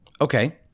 Okay